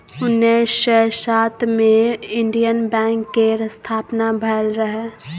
उन्नैस सय सात मे इंडियन बैंक केर स्थापना भेल रहय